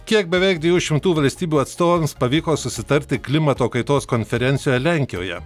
kiek beveik dviejų šimtų valstybių atstovams pavyko susitarti klimato kaitos konferencijoje lenkijoje